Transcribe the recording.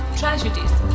tragedies